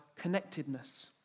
connectedness